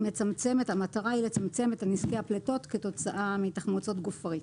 המטרה היא לצמצם את נזקי הפליטות כתוצאה מתחמוצות גופרית